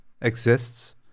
exists